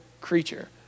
creature